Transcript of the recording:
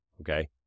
Okay